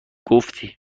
گفتی